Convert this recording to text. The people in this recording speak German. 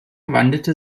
wandelte